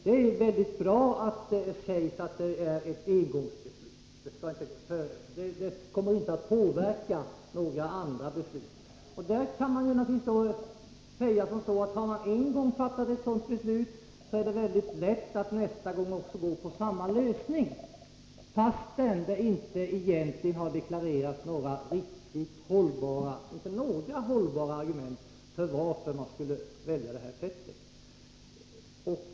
Det är mycket bra att det sägs att det är ett engångsbeslut, som inte kommer att påverka några andra beslut. Men man kan naturligtvis säga som så, att har man en gång fattat ett sådant beslut, är det mycket lätt att nästa gång bestämma sig för samma lösning, fastän det egentligen inte har deklarerats några riktigt hållbara argument för att man skall välja detta förvaringssätt.